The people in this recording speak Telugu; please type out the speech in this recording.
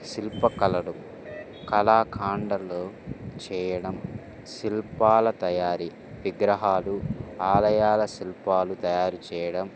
శిల్పకళలు కళాఖండాలు చేయడం శిల్పాల తయారీ విగ్రహాలు ఆలయాల శిల్పాలు తయారు చేయడం